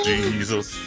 Jesus